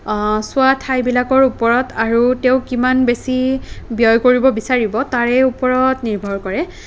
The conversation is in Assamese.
চোৱা ঠাইবিলাকৰ ওপৰত আৰু তেওঁ কিমান বেছি ব্যয় কৰিব বিচাৰিব তাৰে ওপৰত নিৰ্ভৰ কৰে